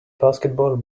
basketball